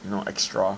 you know extra